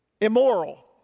immoral